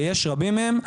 ויש רבים מהם,